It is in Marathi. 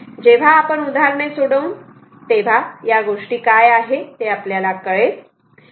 जेव्हा आपण उदाहरणे सोडवून तेव्हा या गोष्टी काय आहे ते आपल्याला कळेल